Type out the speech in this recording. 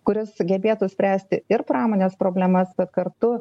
kuris sugebėtų spręsti ir pramonės problemas tad kartu